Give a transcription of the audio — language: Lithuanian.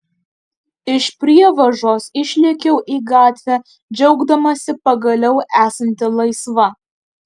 iš prievažos išlėkiau į gatvę džiaugdamasi pagaliau esanti laisva